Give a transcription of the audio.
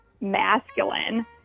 masculine